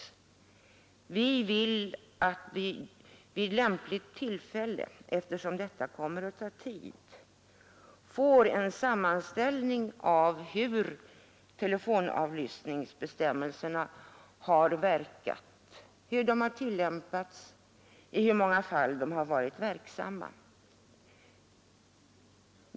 Vi vill vid lämpligt tillfälle — eftersom detta kommer att ta tid — få en sammanställning av hur telefonavlyssningsbestämmelserna har verkat, hur de har tillämpats, i hur många fall de har varit verksamma.